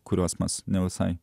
kuriuos mes ne visai